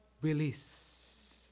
release